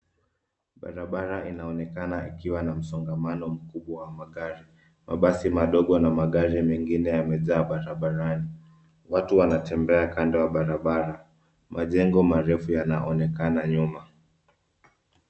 Barabara inaonekana ikiwa na msongamano mkubwa wa magari. Mabasi madogo na magari mengine yamejaa barabarani. Watu wanatembea kando ya barabara. Majengo marefu yanaonekana nyuma.